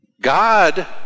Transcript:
God